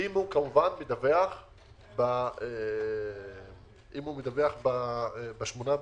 כמובן, אם הוא מדווח ב-8 בדצמבר.